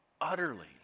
utterly